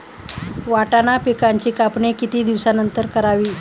वाटाणा पिकांची कापणी किती दिवसानंतर करावी?